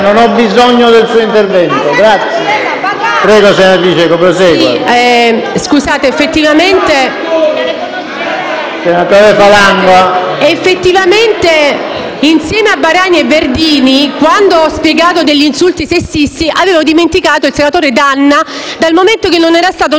riservato un trattamento diverso; eravamo convinti che ci fosse più serietà, che sicuramente ci sarebbe stato un dialogo costruttivo, perché noi ci siamo messi lì e abbiamo proposto emendamenti di buonsenso, rispetto a un Governo che, comunque,